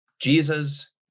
Jesus